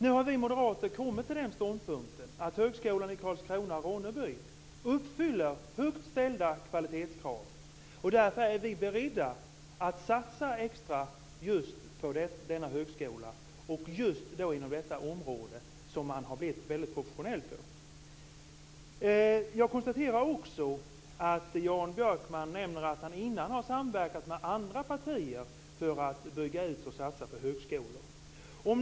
Nu har vi moderater kommit till ståndpunkten att högskolan i Karlskrona/Ronneby uppfyller högt ställda kvalitetskrav. Därför är vi beredda att satsa extra just på denna högskola och just inom detta område som högskolan har blivit professionell på. Jag konstaterar också att Jan Björkman nämner att han innan har samverkat med andra partier för att bygga ut och satsa på högskolor.